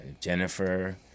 Jennifer